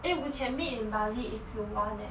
eh we can meet in bali if you want leh